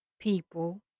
people